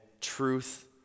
truth